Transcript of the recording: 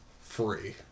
Free